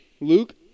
luke